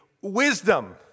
wisdom